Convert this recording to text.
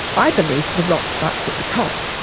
i believe the rot starts at the top.